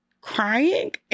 crying